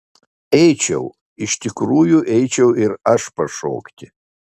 eičiau iš tikrųjų eičiau ir aš pašokti